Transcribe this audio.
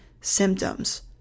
symptoms